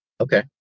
Okay